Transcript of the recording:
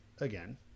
again